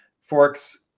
forks